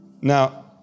Now